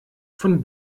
von